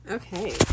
Okay